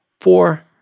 Four